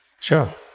Sure